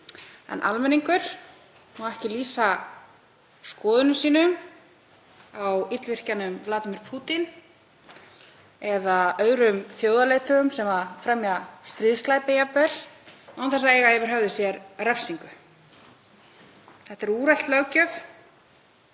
En almenningur má ekki lýsa skoðunum sínum á illvirkjanum Vladimír Pútín eða öðrum þjóðarleiðtogum sem fremja jafnvel stríðsglæpi, án þess að eiga yfir höfði sér refsingu. Þetta er úrelt löggjöf.